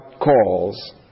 calls